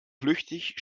flüchtig